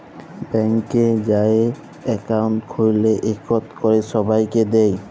ব্যাংকে যাঁয়ে একাউল্ট খ্যুইলে ইকট ক্যরে ছবাইকে দেয়